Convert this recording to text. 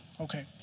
okay